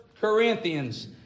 Corinthians